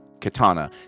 Katana